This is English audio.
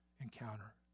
encounter